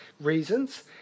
reasons